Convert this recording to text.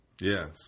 Yes